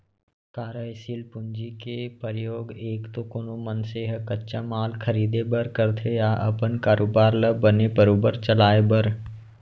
कारयसील पूंजी के परयोग एक तो कोनो मनसे ह कच्चा माल खरीदें बर करथे या अपन कारोबार ल बने बरोबर चलाय बर